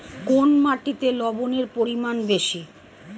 কোন মাটিতে লবণের পরিমাণ বেশি?